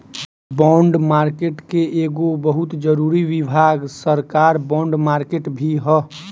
bond market के एगो बहुत जरूरी विभाग सरकार बॉन्ड मार्केट भी ह